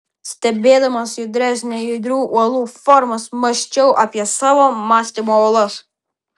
stebėdamas judrias nejudrių uolų formas mąsčiau apie savo mąstymo uolas